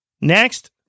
Next